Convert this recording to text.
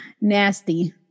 nasty